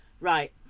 Right